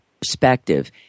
perspective